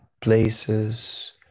places